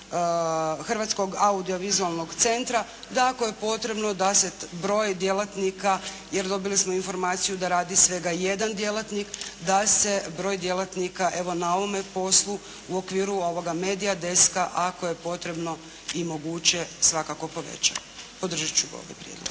Hrvatskog audio-vizualnog centra da ako je potrebno da se broj djelatnika. Jer dobili smo informaciju da radi svega jedan djelatnik, da se broj djelatnika evo na ovome poslu u okviru ovoga MEDIA Deska ako je potrebno i moguće svakako poveća. Podržat ću ovaj prijedlog.